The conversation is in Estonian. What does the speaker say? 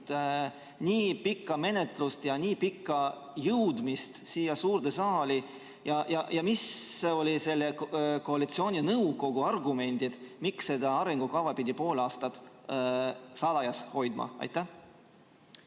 nii pika menetluse ja nii hilise jõudmise siia suurde saali? Ja mis olid selle koalitsiooninõukogu argumendid, miks seda arengukava pidi pool aastat salajas hoidma? Suur